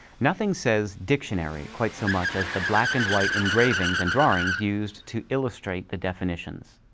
nothing says dictionary quite so much as the black and white engravings and drawings used to illustrate the definitions.